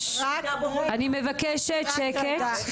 אני מבקשת שקט.